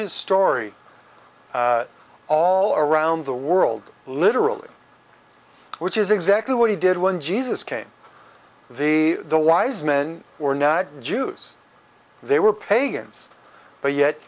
his story all around the world literally which is exactly what he did when jesus came the the wise men were not jews they were pagans but yet